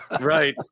Right